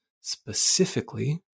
specifically